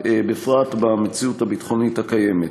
בפרט בנסיבות הביטחוניות הקיימות.